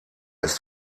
ist